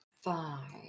Five